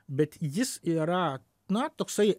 bet jis yra na toksai